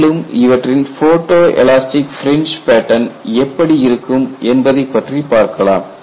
மேலும் இவற்றின் photo elastic fringe pattern எப்படி இருக்கும் என்பதைப் பற்றி பார்க்கலாம்